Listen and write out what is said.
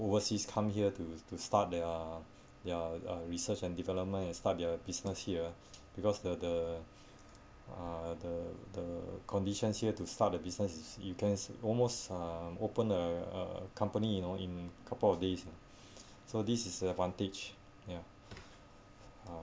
overseas come here to to start their their uh research and development and start their business here because the the uh the the conditions here to start a business you can almost uh open a a company you know in couple of days so this is advantage ya uh